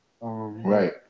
Right